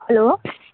hello